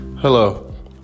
Hello